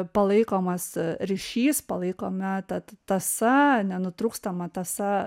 palaikomas ryšys palaikome ta tąsa nenutrūkstama tąsa